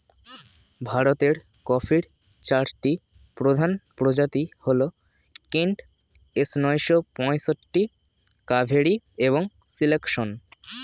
ভারতের কফির চারটি প্রধান প্রজাতি হল কেন্ট, এস নয়শো পঁয়ষট্টি, কাভেরি এবং সিলেকশন